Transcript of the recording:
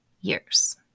years